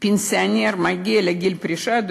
פנסיונר מגיע לגיל פרישה,